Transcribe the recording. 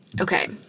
Okay